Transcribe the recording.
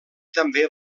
també